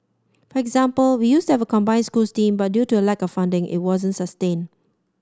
for example we used to have a combined schools team but due to a lack of funding it wasn't sustained